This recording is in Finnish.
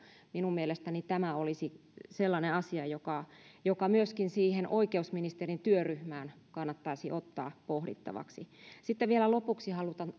minun mielestäni tämä olisi sellainen asia joka joka myöskin siihen oikeusministerin työryhmään kannattaisi ottaa pohdittavaksi sitten vielä lopuksi haluan